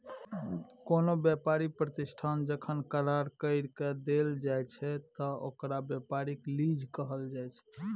कोनो व्यापारी प्रतिष्ठान जखन करार कइर के देल जाइ छइ त ओकरा व्यापारिक लीज कहल जाइ छइ